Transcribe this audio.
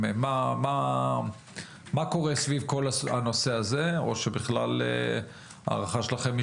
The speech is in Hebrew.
מה קורה סביב כל הנושא הזה או שבכלל ההערכה שלכם היא